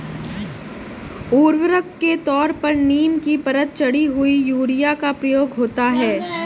उर्वरक के तौर पर नीम की परत चढ़ी हुई यूरिया का प्रयोग होता है